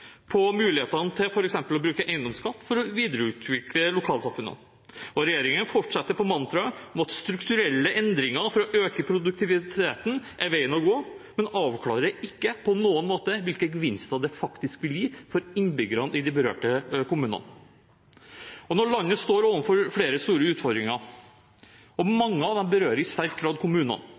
på mulighetene til f.eks. å bruke eiendomsskatt for å videreutvikle lokalsamfunnene. Regjeringen fortsetter på mantraet om at strukturelle endringer for å øke produktiviteten er veien å gå, men avklarer ikke på noen måte hvilke gevinster det faktisk vil gi for innbyggerne i de berørte kommunene. Landet står overfor flere store utfordringer. Mange av dem berører i sterk grad kommunene,